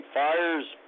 fires